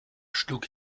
schlug